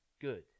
good